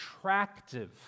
attractive